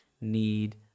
need